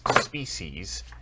species